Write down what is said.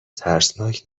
ترسناک